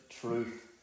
truth